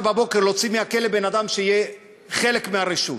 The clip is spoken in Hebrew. בבוקר להוציא מהכלא בן-אדם שיהיה חלק מהרשות.